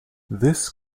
this